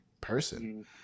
person